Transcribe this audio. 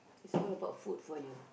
is all about food for you